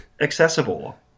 accessible